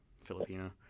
Filipino